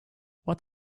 what